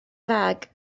fag